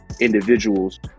individuals